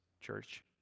church